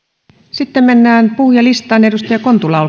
sitten mennään puhujalistaan